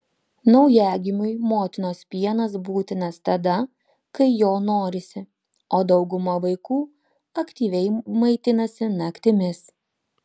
naujagimiui motinos pienas būtinas tada kai jo norisi o dauguma vaikų aktyviai maitinasi naktimis